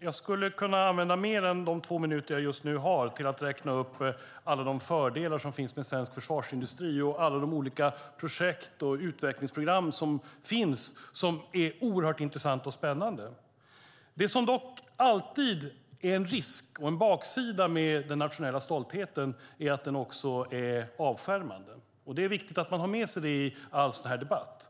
Jag skulle kunna använda mer än de två minuter jag just nu har till mitt förfogande åt att räkna upp alla de fördelar som finns med svensk försvarsindustri och alla de intressanta olika projekt och utvecklingsprogram som finns. En risk och en baksida med den nationella stoltheten är dock att den alltid är avskärmande. Det är viktigt att man har med sig det i all debatt.